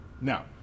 Now